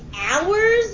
hours